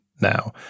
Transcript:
now